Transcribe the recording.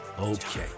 okay